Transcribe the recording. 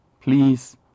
Please